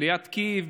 ליד קייב,